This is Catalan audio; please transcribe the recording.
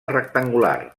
rectangular